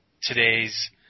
today's